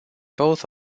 both